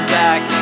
back